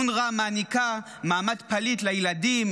אונר"א מעניקה מעמד פליט לילדים,